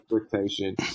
expectation